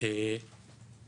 היא